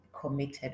committed